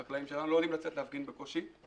החקלאים שלנו לא יודעים לצאת להפגין, בקושי.